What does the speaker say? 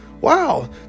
wow